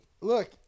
look